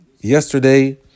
yesterday